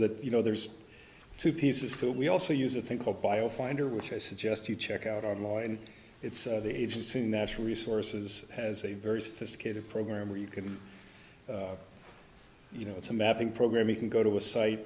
that you know there's two pieces to it we also use a thing called bio finder which i suggest you check out online it's the agency in natural resources has a very sophisticated program where you can you know it's a mapping program you can go to a site